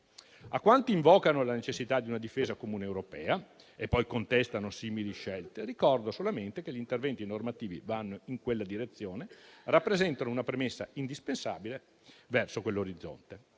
A quanti invocano la necessità di una difesa comune europea e poi contestano simili scelte, ricordo solamente che gli interventi normativi vanno in quella direzione, rappresentano una premessa indispensabile verso quell'orizzonte.